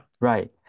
right